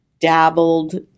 dabbled